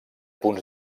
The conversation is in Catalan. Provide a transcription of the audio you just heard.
punts